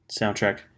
soundtrack